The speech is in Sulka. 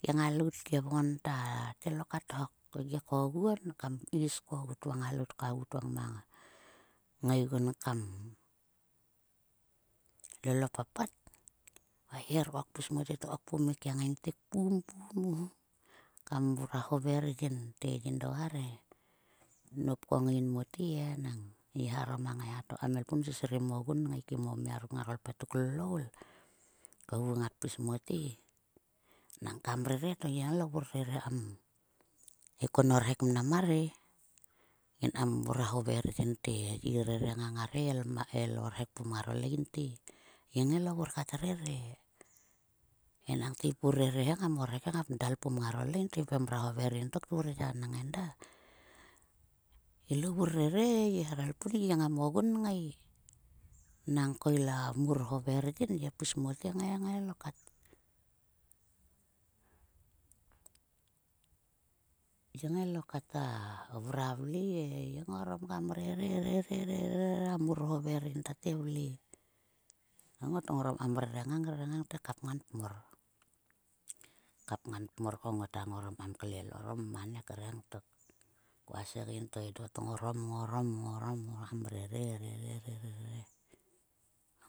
Ke ngatout ke vgon ta tngai lokat hok. Gi koguon kam is kogut va ngalaout kagu to ngama ngaigun kam lol a papat. Va yi her kok pis mote to pum ike ngaingtek pum, pum, pum. Kam mrua hover yin te, yin do arhe. Nap kong yin mote, e. Nang yi harom a ngaiha to kam elpun sisrim o gun ngai kim o mia ruk ngaro lpetuk loul. Kogu ngat pis mote. Nang kam rere to ilo vur rere kam ekon o rhek mnam mar e. Yin kam mrua hover yin te yi rere ngang ngar he el o rhek pum ngaro lein te. Yi ngai lo vur kat rere. Enangte yip vur rere he ngam o rhek he ngap delpum ngaro lein to yip mrua hover yin tok nap vur ya. Nang enda, yi lo vur rere e. Yi her gi elpun ngam o gun ngai. Nangko ila mur hover yin. Yi pis mote ngai, ngai lokat. Yi ngai lokata vrua vle e. Yi ngorom kam rere, rere, rere, a mur hover ta tngai vle. He ngot ngorom kam rere ngang, rere ngang te kapngan pmor. Kapngan pmor ko ngot ngorom kam klel orom maan he kreng tok. Ko a segein to edo tngorom ngorom, ngorom, ngorom kam rere, rere.